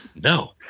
No